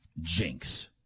Jinx